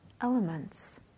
elements